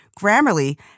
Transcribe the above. Grammarly